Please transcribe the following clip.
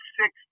six